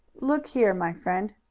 look here, my friend,